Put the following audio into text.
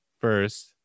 first